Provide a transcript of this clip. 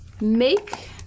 Make